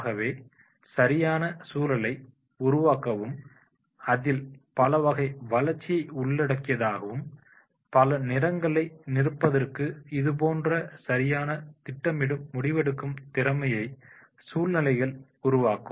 ஆகவே சரியான சூழலை உருவாக்கவும் அதில் பலவகை வளர்ச்சியை உண்டாக்கவும் பல நிறங்களை நிரப்புவதற்கு இதுபோன்ற சரியான திட்டமிடும் முடிவெடுக்கும் திறமையை சூழ்நிலைகள் உருவாக்கும்